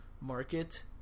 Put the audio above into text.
market